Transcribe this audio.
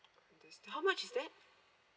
understand how much is that